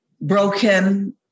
broken